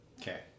Okay